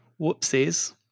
Whoopsies